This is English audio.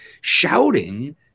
shouting